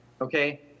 okay